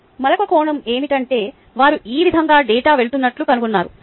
మరొక కోణం ఏమిటంటే వారు ఈ విధంగా డేటా వెళుతున్నట్లు కనుగొన్నారు